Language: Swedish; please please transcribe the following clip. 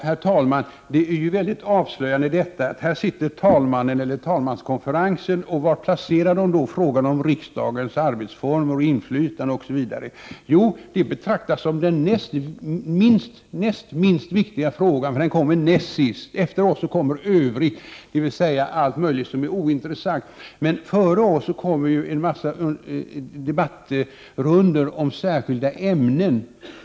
Herr talman! Det är ju avslöjande: Var placerar talmanskonferensen frågan om riksdagens arbetsformer och inflytande osv.? Jo, detta betraktas som den näst minst viktiga frågan, för den kommer näst sist. Efter oss kommer Övrigt, dvs. allt möjligt som är ointressant. Före oss kommer däremot en massa debattrundor om särskilda ämnen.